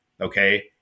okay